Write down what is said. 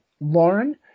Lauren